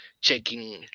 checking